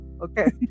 Okay